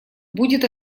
будет